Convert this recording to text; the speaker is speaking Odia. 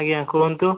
ଆଜ୍ଞା କୁହନ୍ତୁ